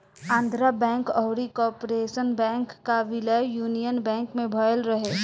Andhra Bank अउरी Corporation Bank कअ विलय यूनियन बैंक में भयल रहे